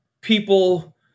people